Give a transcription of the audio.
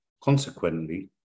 Consequently